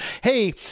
hey